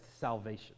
salvation